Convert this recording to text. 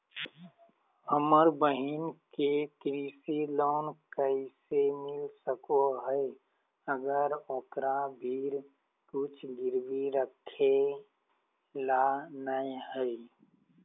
हमर बहिन के कृषि लोन कइसे मिल सको हइ, अगर ओकरा भीर कुछ गिरवी रखे ला नै हइ?